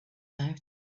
out